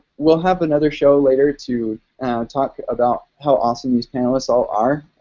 we'll have another show later to talk about how awesome these panelists all are,